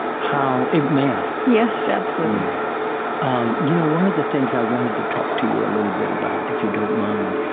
how may i? yes, absolutely yeah um you know one of the things i wanted to talk to you a little bit about, if you don't mind,